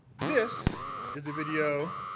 this is a video